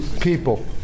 People